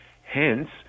Hence